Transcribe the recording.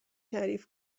تعریف